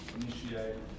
initiate